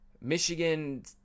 Michigan